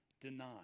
deny